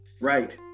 right